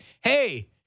Hey